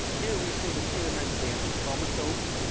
here, we see the telomeres at the ends of chromosomes.